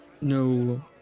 No